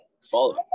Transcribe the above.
follow